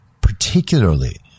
particularly